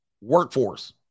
workforce